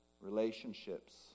relationships